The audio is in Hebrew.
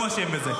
הוא אשם בזה.